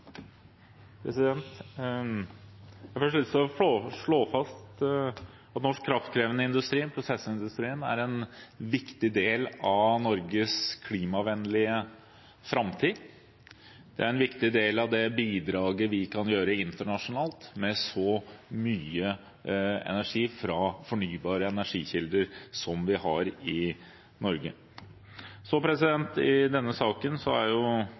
Jeg har først lyst til å slå fast at norsk kraftkrevende industri – prosessindustrien – er en viktig del av Norges klimavennlige framtid. Det er en viktig del av det bidraget vi kan gjøre internasjonalt med så mye energi fra fornybare energikilder som vi har i Norge. I denne saken er